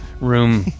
room